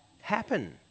happen